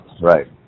right